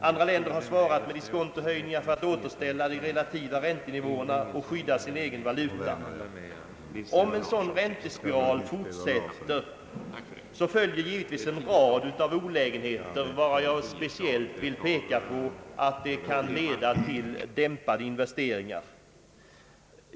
Andra länder har svarat med diskontohöjningar för att återställa de relativa räntenivåerna och skydda sin egen valuta. Om en sådan räntespiral fortsätter följer givetvis en rad av olägenheter, av vilka jag speciellt vill peka på att det kan leda till dämpade investeringar.